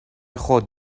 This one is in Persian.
خود